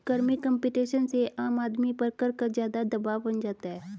कर में कम्पटीशन से आम आदमी पर कर का ज़्यादा दवाब बन जाता है